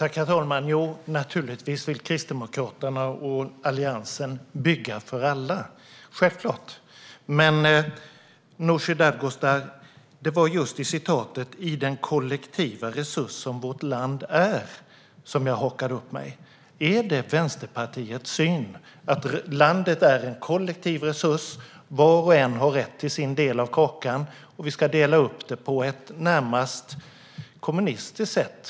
Herr talman! Jo, naturligtvis vill Kristdemokraterna och Alliansen bygga för alla, självklart. Men, Nooshi Dadgostar, det var just "i den kollektiva resurs som vårt land är" som jag hakade upp mig på. Är det Vänsterpartiets syn att landet är en kollektiv resurs, att var och en har rätt till sin del av kakan och att vi ska dela upp det på ett närmast kommunistiskt sätt?